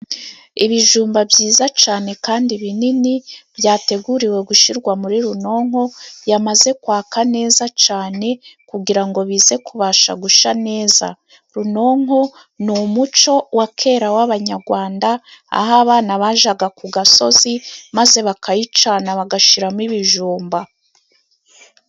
Ibizumba byiza cane kandi binini byateguriwe gushirwa muri runonko yamaze kwaka neza cane kugirango bize kubasha gusha neza runonko ni umuco wa kera w'abanyagwanda aho abana bajaga ku gasozi maze bakayicana bagashiramo ibijumba.